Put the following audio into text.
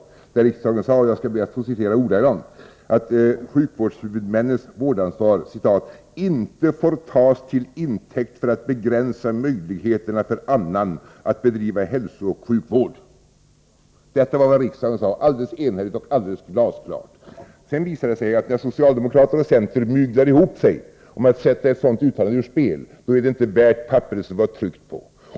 Riksdagen sade då att sjukvårdshuvudmännens vårdansvar ”inte får tas till intäkt för att begränsa möjligheterna för annan att bedriva hälsooch sjukvård”. Detta var vad riksdagen sade, alldeles enhälligt och glasklart. Sedan har det visat sig att när socialdemokraterna och centern myglar ihop sig om att sätta ett sådant uttalande ur spel, då är det inte värt papperet det är tryckt på.